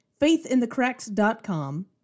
faithinthecracks.com